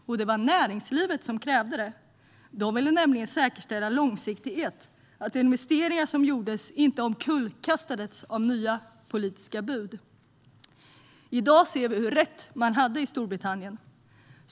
Och det var näringslivet som krävde det. De ville nämligen säkerställa långsiktighet - att investeringar som gjordes inte omkullkastades av nya politiska bud. I dag ser vi hur rätt man hade i Storbritannien.